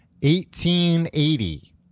1880